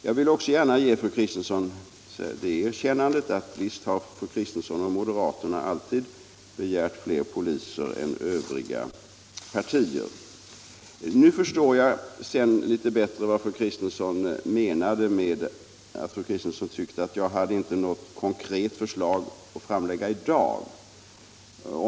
Jag vill också gärna ge fru Kristensson det erkännandet att både hon och övriga moderater alltid har begärt flera poliser än vi övriga partier. Nu förstår jag litet bättre vad fru Kristensson menade när hon sade att jag inte hade något konkret förslag att framlägga i dag.